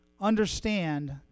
understand